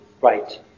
right